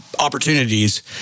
opportunities